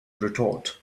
retort